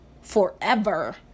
forever